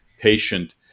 patient